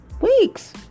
weeks